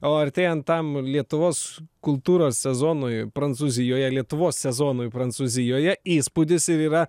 o artėjant tam lietuvos kultūros sezonui prancūzijoje lietuvos sezonui prancūzijoje įspūdis ir yra